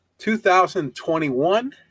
2021